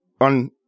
on